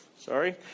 Sorry